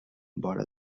vora